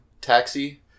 Taxi